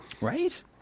Right